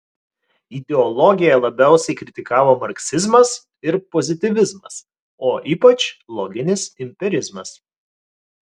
ideologiją labiausiai kritikavo marksizmas ir pozityvizmas o ypač loginis empirizmas